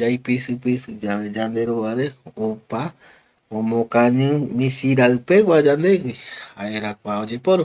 yaipisipisi yave yande rovare opa omokañi misirai pegua yandegui jaera kua oyeporu